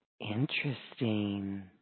Interesting